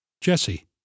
Jesse